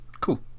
Cool